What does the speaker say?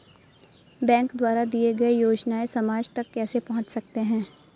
Bank द्वारा दिए गए योजनाएँ समाज तक कैसे पहुँच सकते हैं?